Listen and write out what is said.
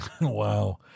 Wow